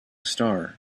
star